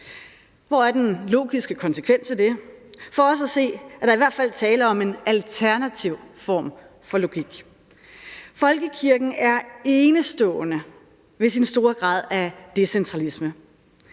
Hvor er den logiske konsekvens af det? For os at se er der i hvert fald tale om en alternativ form for logik. Folkekirken er enestående ved sin store grad af decentralisme.